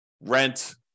rent